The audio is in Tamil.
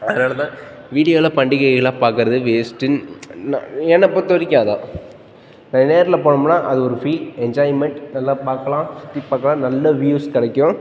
அதனால் தான் வீடியோவில் பண்டிகையை எல்லாம் பாக்குறது வேஸ்ட்டுன்னு நான் என்னைப் பொறுத்த வரைக்கும் அதான் நான் நேரில் போனோம்னா அது ஒரு ஃபீல் என்ஜாய்மெண்ட் நல்லா பார்க்கலாம் சுற்றி பார்க்கலாம் நல்ல வியூஸ் கிடைக்கும்